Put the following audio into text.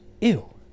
ew